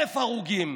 1,000 הרוגים.